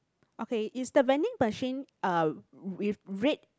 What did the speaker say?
okay is the vending machine uh with red